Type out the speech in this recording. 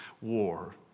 war